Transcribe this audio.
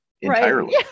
entirely